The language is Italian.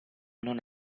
non